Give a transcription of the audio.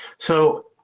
so,